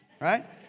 Right